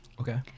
okay